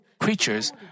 creatures